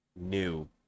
new